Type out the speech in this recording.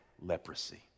leprosy